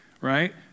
right